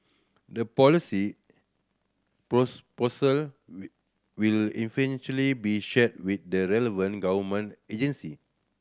their policy will eventually be shared with the relevant government agency